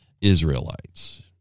Israelites